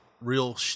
real